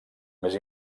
més